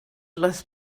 les